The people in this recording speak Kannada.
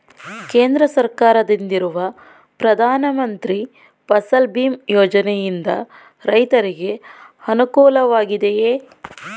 ಕೇಂದ್ರ ಸರ್ಕಾರದಿಂದಿರುವ ಪ್ರಧಾನ ಮಂತ್ರಿ ಫಸಲ್ ಭೀಮ್ ಯೋಜನೆಯಿಂದ ರೈತರಿಗೆ ಅನುಕೂಲವಾಗಿದೆಯೇ?